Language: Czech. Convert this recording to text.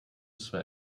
své